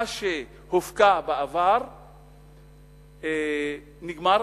מה שהופקע בעבר נגמר,